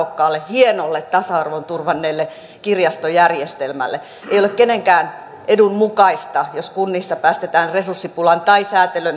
hienolle tasa arvon turvanneelle kirjastojärjestelmälle ei ole kenenkään edun mukaista jos kunnissa päästetään resurssipulan tai